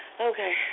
Okay